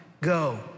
go